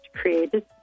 created